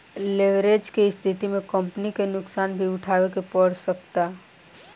leverage के स्थिति में कंपनी के नुकसान भी उठावे के पड़ सकता